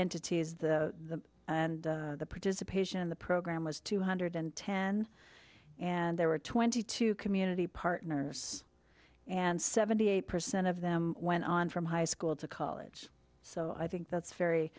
entities the and the participation in the program was two hundred and ten and there were twenty two community partners and seventy eight percent of them went on from high school to college so i think that's very